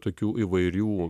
tokių įvairių